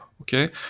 okay